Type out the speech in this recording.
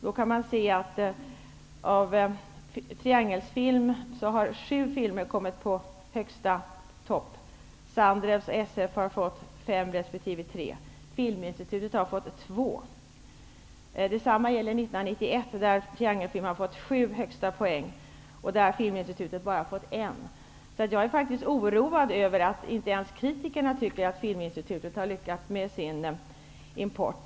Av den framgår att av Triangelfilms filmer har 1990 sju kommit högst på listan. Sandrews och SF har fått in fem resp. tre filmer och Filminstitutet två. Detsamma gäller för 1991, då Filminstitutets filmer bara en. Jag är faktiskt oroad över att inte ens kritikerna tycker att Filminstitutet har lyckats med sin import.